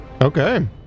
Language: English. Okay